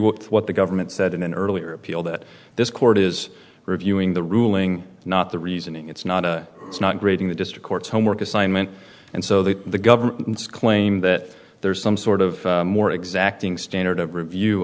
with what the government said in an earlier appeal that this court is reviewing the ruling not the reasoning it's not a it's not grading the district court's homework assignment and so that the government's claim that there's some sort of more exacting standard of review